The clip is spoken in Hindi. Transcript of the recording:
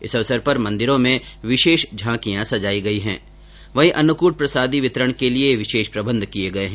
इस अवसर पर मंदिरों में विशेष झांकियां सजाई गई है वहीं अन्नकूट प्रसादी वितरण के लिए विशेष प्रबन्ध किए गए है